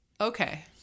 Okay